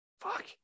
fuck